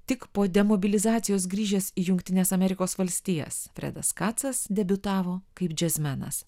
tik po demobilizacijos grįžęs į jungtines amerikos valstijas fredas kacas debiutavo kaip džiazmenas